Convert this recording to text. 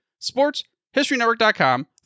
sportshistorynetwork.com